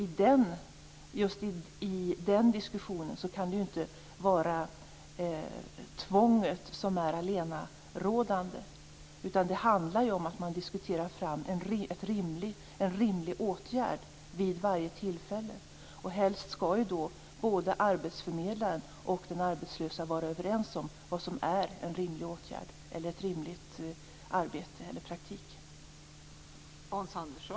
I just den diskussionen kan det ju inte vara tvånget som är allenarådande. Det handlar ju om att man diskuterar fram en rimlig åtgärd vid varje tillfälle. Helst skall ju arbetsförmedlaren och den arbetslösa vara överens om vad som är en rimlig åtgärd, ett rimligt arbete eller praktik.